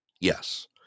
Yes